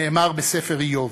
נאמר בספר איוב.